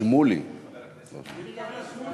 אינו נוכח גילה גמליאל, נגד יעל גרמן,